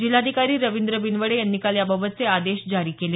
जिल्हाधिकारी रवींद्र बिनवडे यांनी काल याबाबतचे आदेश जारी केले